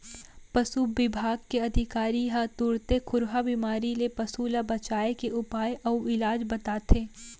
पसु बिभाग के अधिकारी ह तुरते खुरहा बेमारी ले पसु ल बचाए के उपाय अउ इलाज ल बताथें